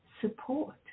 support